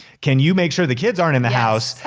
can you make sure the kids aren't in the house.